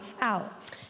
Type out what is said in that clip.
out